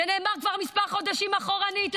זה נאמר כבר מספר חודשים אחורנית,